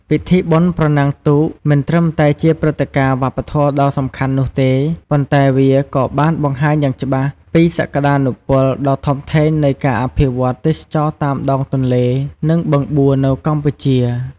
ពិធីបុណ្យប្រណាំងទូកមិនត្រឹមតែជាព្រឹត្តិការណ៍វប្បធម៌ដ៏សំខាន់នោះទេ ប៉ុន្តែវាក៏បានបង្ហាញយ៉ាងច្បាស់ពីសក្ដានុពលដ៏ធំធេងនៃការអភិវឌ្ឍទេសចរណ៍តាមដងទន្លេ និងបឹងបួនៅកម្ពុជា។